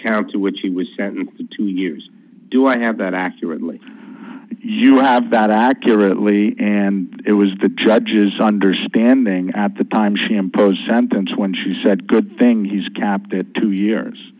count to which he was sentenced to two years do i have that accurately you have that accurately and it was the judge's understanding at the time she impose sentence when she said good thing he's kept it two years